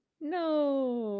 no